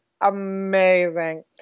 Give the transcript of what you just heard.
amazing